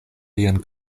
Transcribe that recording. vian